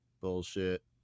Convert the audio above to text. bullshit